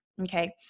Okay